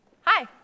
hi